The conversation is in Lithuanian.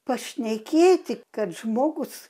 pašnekėti kad žmogus